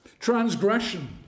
Transgression